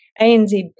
ANZ